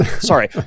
sorry